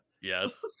Yes